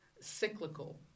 cyclical